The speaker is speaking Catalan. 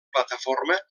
plataforma